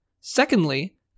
Secondly